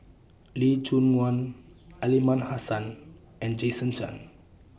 Lee Choon Guan Aliman Hassan and Jason Chan